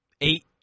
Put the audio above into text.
eight